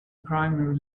premier